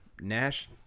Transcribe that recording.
Nash